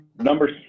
Number